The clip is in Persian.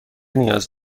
نیاز